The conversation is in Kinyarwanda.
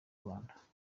rwanda